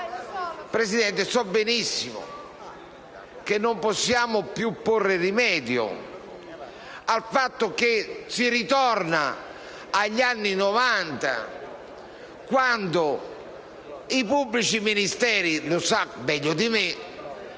Presidente, so benissimo che non possiamo più porre rimedio al fatto che si sta tornando agli anni '90, quando i pubblici ministeri - lo sa meglio di me